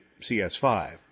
CS5